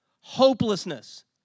hopelessness